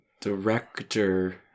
Director